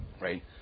right